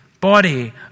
body